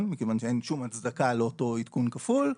מכיוון שאין שום הצדקה לאותו עדכון כפול.